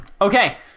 Okay